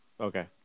okay